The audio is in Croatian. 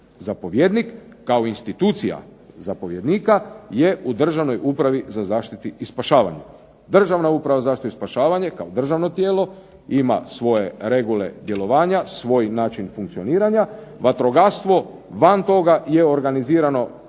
zapovjednik kao institucija zapovjednika je u Državnoj upravi za zaštitu i spašavanje. Državna uprava za zaštitu i spašavanje kao državno tijelo ima svoje regule djelovanja, svoj način funkcioniranja. Vatrogastvo van toga je organizirano